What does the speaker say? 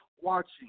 watching